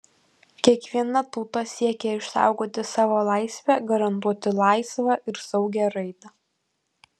kiekviena tauta siekia išsaugoti savo laisvę garantuoti laisvą ir saugią raidą